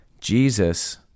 Jesus